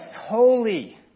holy